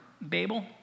Babel